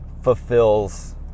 fulfills